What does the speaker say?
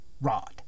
rod